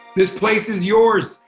this place is yours.